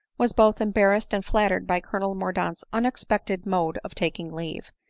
was both embarrassed and flattered by colonel mordaunt's unex pected mode of taking leave,